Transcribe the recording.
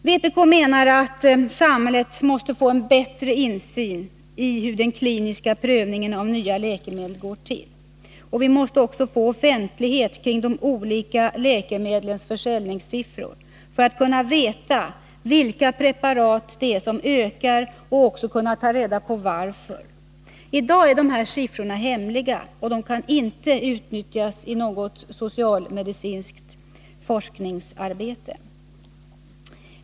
Vpk menar att samhället måste få en bättre insyn i hur den kliniska prövningen av nya läkemedel går till. Vi måste också få offentlighet kring de olika läkemedlens försäljningssiffror för att kunna veta vilka preparat det är som ökar och kunna ta reda på varför. I dag är dessa siffror hemliga och kan inte utnyttjas i socialmedicinskt forskningsarbete.